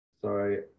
Sorry